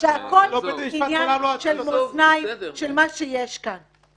זה הכול עניין של מאזניים של מה שיש כאן.